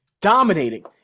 dominating